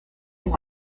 des